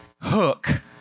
hook